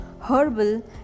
Herbal